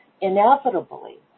inevitably